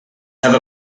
have